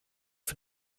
für